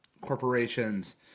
corporations